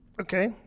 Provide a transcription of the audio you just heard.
Okay